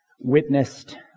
witnessed